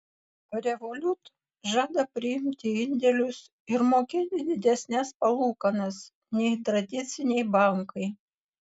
revolut žada priimti indėlius ir mokėti didesnes palūkanas nei tradiciniai bankai